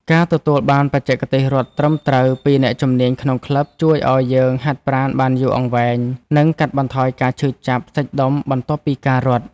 ការទទួលបានបច្ចេកទេសរត់ត្រឹមត្រូវពីអ្នកជំនាញក្នុងក្លឹប ជួយឱ្យយើងហាត់ប្រាណបានយូរអង្វែង និងកាត់បន្ថយការឈឺចាប់សាច់ដុំបន្ទាប់ពីការរត់។